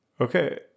okay